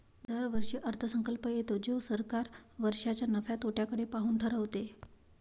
दरवर्षी अर्थसंकल्प येतो जो सरकार वर्षाच्या नफ्या तोट्याकडे पाहून ठरवते